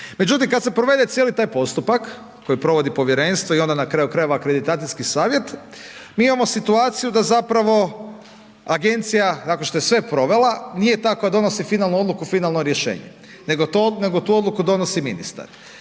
Međutim, kada se provede cijeli taj postupak koji provodi povjerenstvo i onda na kraju krajeva akreditacijski savjet, mi imamo situaciju da zapravo agencija nakon što je sve provela, nije ta koja donosi finalnu odluku, finalno rješenje, nego tu odluku donosi ministar.